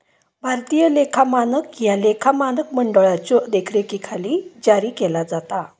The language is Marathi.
भारतीय लेखा मानक ह्या लेखा मानक मंडळाच्यो देखरेखीखाली जारी केला जाता